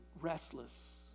restless